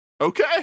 okay